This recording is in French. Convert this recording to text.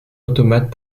automate